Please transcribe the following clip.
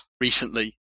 recently